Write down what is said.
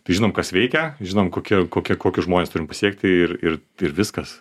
tai žinom kas veikia žinom kokie kokie kokius žmones turim pasiekti ir ir ir viskas